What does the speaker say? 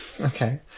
okay